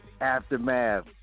aftermath